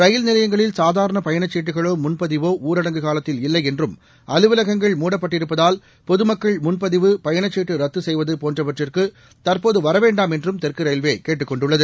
ரயில் நிலையங்களில் சாதாரண பயணச்சீட்டுகளோ முன்பதிவோ ஊரடங்கு காலத்தில் இல்லை என்றும் அலுவலகங்கள் மூடப்பட்டிருப்பதால் பொதுமக்கள் முன்பதிவு பயணக்கீட்டு ரத்து செய்வது போன்றவற்றிற்கு தற்போது வரவேண்டாம் என்றும் தெற்கு ரயில்வே கேட்டுக் கொண்டுள்ளது